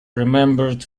remembered